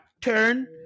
turn